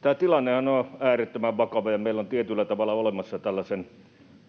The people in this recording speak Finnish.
Tämä tilannehan on äärettömän vakava, ja meillä on tietyllä tavalla tällaisen